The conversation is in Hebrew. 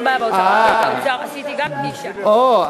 אוה,